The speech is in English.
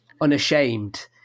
unashamed